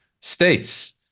States